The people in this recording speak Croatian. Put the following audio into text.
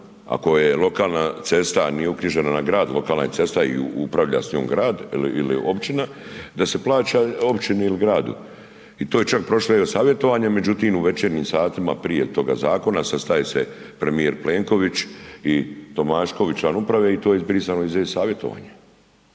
ako je lokalna cesta, a nije uknjižena na grad, lokalna je cesta i upravlja s njom grad ili općina, da se plaća općini ili gradu. I to je čak prošlo i savjetovanje, međutim u večernjim satima prije toga zakona sastaje se premijer Plenković i Tomašković, član upravo i to je izbrisano iz e-Savjetovanje.